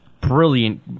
brilliant